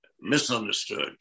misunderstood